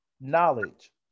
knowledge